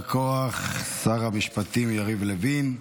יישר כוח, שר המשפטים יריב לוין.